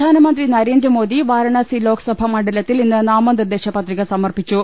പ്രധാനമന്ത്രി നരേന്ദ്രമോദി വാരണാസി ലോക്സഭാ മണ്ഡല ത്തിൽ ഇന്ന് നാമനിർദേശ പത്രിക്ട സ്മർപ്പിച്ചു